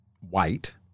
white